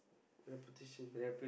repetition